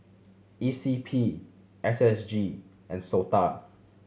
E C P S S G and SOTA